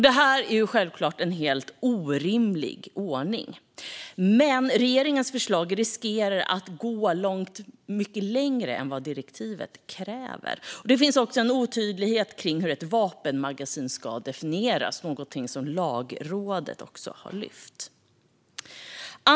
Det är självklart en helt orimlig ordning. Men regeringens förslag riskerar att gå långt mycket längre än vad direktivet kräver. Det finns också en otydlighet kring hur ett vapenmagasin ska definieras - det är något som även Lagrådet har lyft fram.